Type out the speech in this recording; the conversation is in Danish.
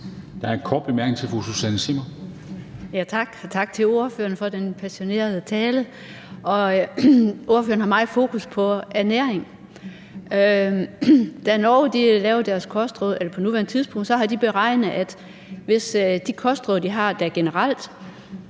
Der er en kort bemærkning fra fru Susanne Zimmer. Kl. 10:51 Susanne Zimmer (UFG): Tak, og tak til ordføreren fra den passionerede tale. Ordføreren har meget fokus på ernæring. Norge har lavet deres kostråd, og på nuværende tidspunkt har de beregnet, at hvis de kostråd, de har, generelt